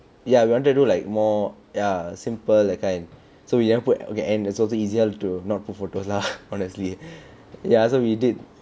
ya we wanted to do like more yeah simple that kind so we didn't put and okay and it's also easier to not put photos lah honestly ya so we did